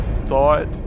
thought